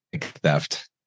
theft